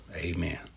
Amen